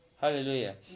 Hallelujah